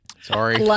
Sorry